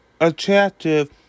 attractive